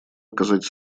оказать